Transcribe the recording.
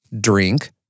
drink